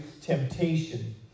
temptation